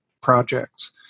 projects